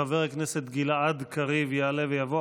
חבר הכנסת גלעד קריב יעלה ויבוא.